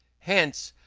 hence,